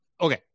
Okay